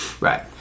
Right